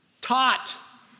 taught